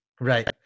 right